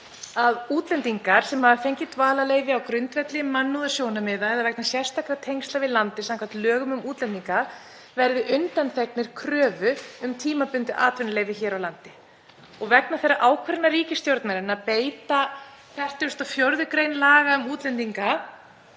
að útlendingar sem hafa fengið dvalarleyfi á grundvelli mannúðarsjónarmiða eða vegna sérstakra tengsla við landið samkvæmt lögum um útlendinga verði undanþegnir kröfu um tímabundið atvinnuleyfi hér á landi. Vegna þeirrar ákvörðunar ríkisstjórnarinnar að beita 44. gr. laga um útlendinga